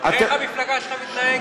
תראה איך המפלגה שלך מתנהלת.